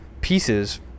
pieces